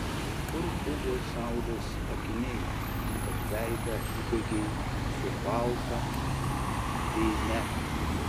kur buvo saulės akiniai kad veidą įdegei su balta dėme